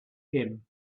him